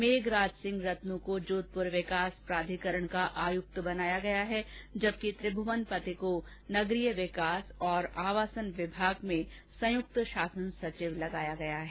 मेघराज सिंह रतन् को जोधपुर विकास प्राधिकरण का आयुक्त बनाया गया है जबकि त्रिभुवनपति को नगरिय विकास और आवासन विभाग में संयुक्त शासन सचिव लगाया गया है